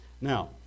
Now